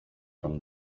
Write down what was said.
from